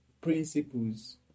principles